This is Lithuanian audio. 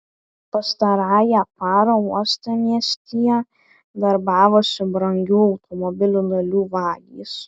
pastarąją parą uostamiestyje darbavosi brangių automobilių dalių vagys